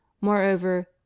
moreover